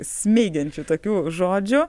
smeigiančių tokių žodžių